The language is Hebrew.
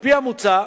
על-פי המוצע,